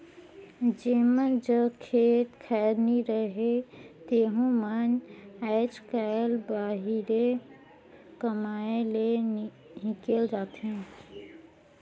जेमन जग खेत खाएर नी रहें तेहू मन आएज काएल बाहिरे कमाए ले हिकेल जाथें